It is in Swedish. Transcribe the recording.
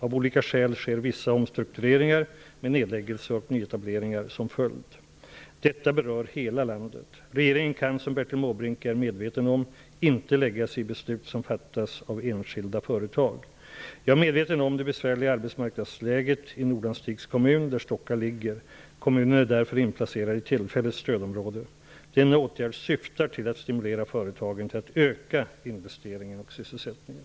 Av olika skäl sker vissa omstruktureringar med nedläggelser och nyetableringar som följd. Detta berör hela landet. Regeringen kan, som Bertil Måbrink är medveten om, inte lägga sig i beslut som fattas av enskilda företag. Jag är medveten om det besvärliga arbetsmarknadsläget i Nordanstigs kommun, där Stocka ligger. Kommunen är därför inplacerad i tillfälligt stödområde. Denna åtgärd syftar till att stimulera företagen till att öka investeringarna och sysselsättningen.